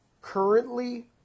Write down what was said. currently